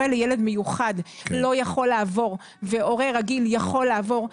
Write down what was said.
לילד מיוחד לא יכול לעבור והורה רגיל יכול לעבור.